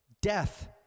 death